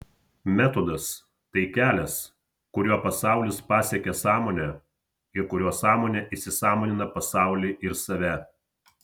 metodas tai kelias kuriuo pasaulis pasiekia sąmonę ir kuriuo sąmonė įsisąmonina pasaulį ir save